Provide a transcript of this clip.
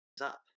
up